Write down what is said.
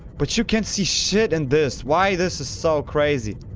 but you can't see shit in this. why this is so crazy?